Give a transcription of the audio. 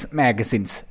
magazines